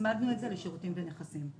הצמדנו את זה לשירותים ונכסים.